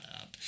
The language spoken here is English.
up